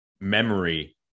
memory